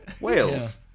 Wales